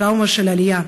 הטראומה של עלייה,